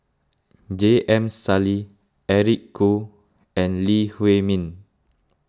J M Sali Eric Khoo and Lee Huei Min